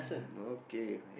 okay